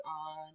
on